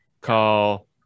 Call